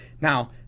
now